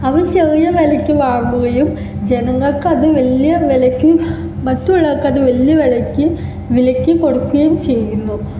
അവർ ചെറിയ വിലക്ക് വാങ്ങുകയും ജനങ്ങൾക്ക് അത് വലിയ വിലക്ക് മറ്റുള്ളവർക്ക് അത് വലിയ വിലക്ക് വിലക്ക് കൊടുക്കുകയും ചെയ്യുന്നു